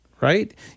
right